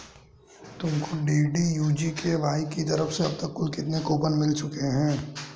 तुमको DDU GKY की तरफ से अब तक कुल कितने कूपन मिल चुके हैं?